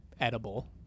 edible